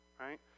right